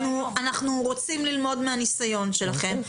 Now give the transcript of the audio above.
אנחנו רוצים ללמוד מהניסיון שלכם.